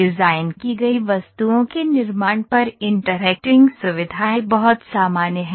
design की गई वस्तुओं के निर्माण पर इंटरैक्टिंग सुविधाएँ बहुत सामान्य हैं